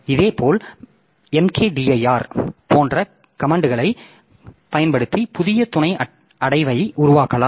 இதேபோல் mkdir போன்ற கமன்ட்களைப் பயன்படுத்தி புதிய துணை அடைவை உருவாக்கலாம்